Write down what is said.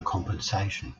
compensation